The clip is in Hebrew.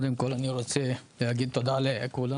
קודם כל אני רוצה להגיד תודה לכולם,